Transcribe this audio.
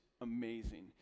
amazing